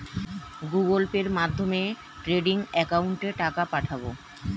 Google পের মাধ্যমে trading একাউন্টে টাকা পাঠাবো?